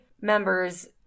members